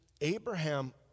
Abraham